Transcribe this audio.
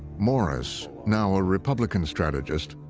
morris, now a republican strategist,